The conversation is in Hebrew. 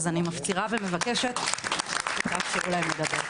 ואני מפצירה ומבקשת תאפשרו להם לדבר,